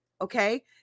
Okay